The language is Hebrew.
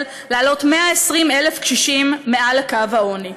להעלות 120,000 קשישים מעל לקו העוני.